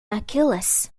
achilles